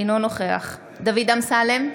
אינו נוכח דוד אמסלם,